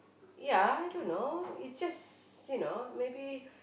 ya I don't know it just you know maybe